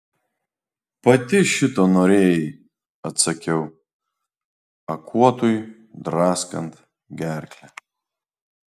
pati šito norėjai atsakiau akuotui draskant gerklę